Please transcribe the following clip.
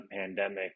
pandemic